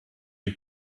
you